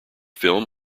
film